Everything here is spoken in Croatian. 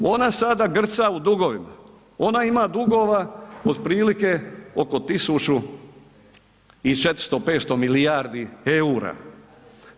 Ona sada grca u dugovima, ona ima dugova otprilike oko 1.400 – 500 milijardi EUR-a.